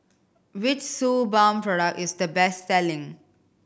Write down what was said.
which Suu Balm product is the best selling